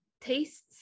tastes